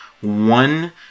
one